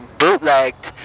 bootlegged